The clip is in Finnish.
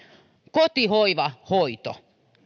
kotihoiva hoito